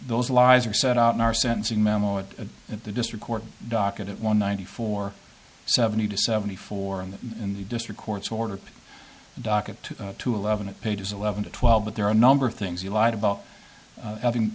those lies are set out in our sentencing memo a at the district court docket at one ninety four seventy to seventy four in the in the district court's order docket to eleven pages eleven to twelve but there are a number of things you lied about having